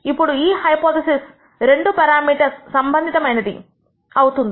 ఇప్పుడు ఈ హైపోథిసిస్ రెండు పెరామీటర్స్ సంబంధితమైనది అవుతుంది